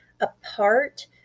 apart